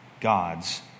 God's